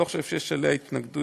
ואני לא חושב שיש עליה התנגדויות.